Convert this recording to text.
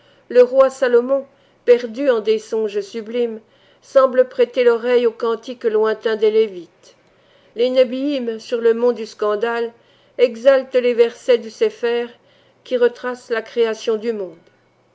le roi salomon perdu en des songes sublimes semble prêter l'oreille aux cantiques lointains des lévites les nébïïm sur le mont du scandale exaltent les versets du sépher qui retracent la création du monde